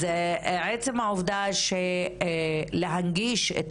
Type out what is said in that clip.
עצם ההנגשה של